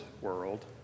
world